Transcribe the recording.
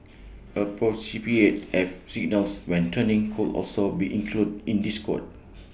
and signals when turning could also be included in this code